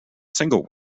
single